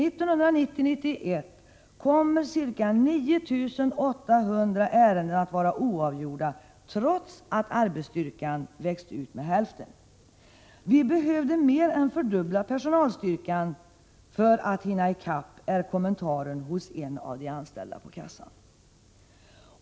1990/91 kommer ca 9 800 ärenden att vara oavgjorda, trots att arbetsstyrkan växt ut med hälften. ”Vi behövde mer än fördubbla personalstyrkan för att hinna i kapp”, är kommentaren hos en av de anställda på kassan.